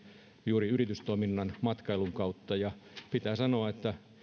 juuri yritystoiminnan matkailun kautta pitää sanoa että